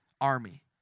army